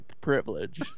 privilege